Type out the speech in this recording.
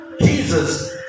Jesus